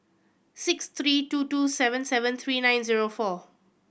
six three two two seven seven three nine zero four